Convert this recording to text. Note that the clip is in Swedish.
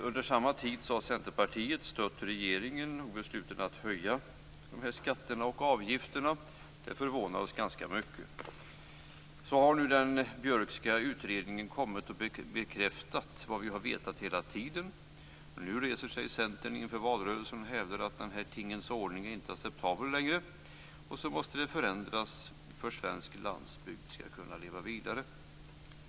Under samma tid har Centerpartiet stött regeringen i besluten att höja dessa skatter och avgifter, vilket förvånar oss ganska mycket. Nu har den Björkska utredningen kommit att bekräfta vad vi vetat hela tiden. Nu reser sig Centern inför valrörelsen och hävdar att denna tingens ordning inte är acceptabel längre och att den måste förändras för att svensk landsbygd skall kunna leva vidare.